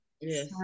Yes